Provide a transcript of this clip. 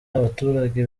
abaturage